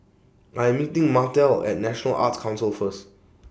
I'm meeting Martell At National Arts Council First